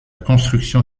construction